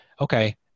Okay